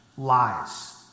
lies